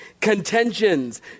contentions